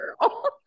girl